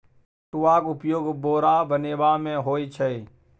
पटुआक उपयोग बोरा बनेबामे होए छै